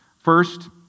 First